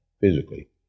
physically